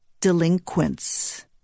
delinquents